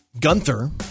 gunther